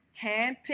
handpicked